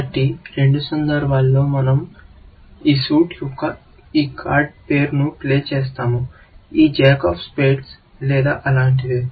కాబట్టి రెండు సందర్భాల్లో మనం ఈ సూట్ యొక్క ఈ కార్డ్ పేరును ప్లే చేస్తాము ఈ జాక్ ఆఫ్ స్పేడ్ లేదా అలాంటిదే